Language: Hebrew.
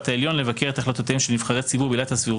העליון לבקר את החלטותיהם של נבחרי ציבור בעילת הסבירות,